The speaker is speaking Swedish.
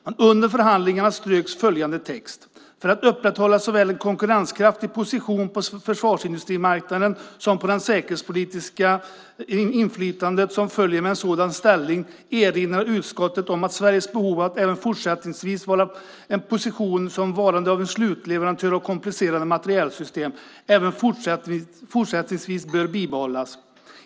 Men under förhandlingarna ströks följande text: För att upprätthålla såväl en konkurrenskraftig position på försvarsindustrimarknaden som det säkerhetspolitiska inflytande som följer med en sådan ställning erinrar utskottet om Sveriges behov av att även fortsättningsvis vara i en position som varande en slutleverantör av komplicerade materielsystem och att det även fortsättningsvis bör bibehållas.